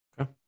Okay